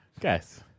guys